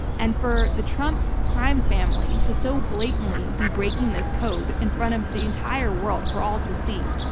and for the trump crime family to so blatantly be breaking this code in front of the entire world for all to see,